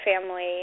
family